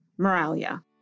Moralia